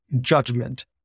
judgment